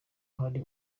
hari